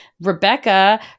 rebecca